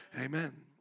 Amen